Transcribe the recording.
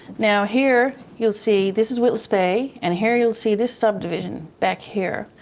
now here you'll see, this is witless bay, and here you'll see this subdivision back here.